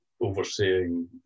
overseeing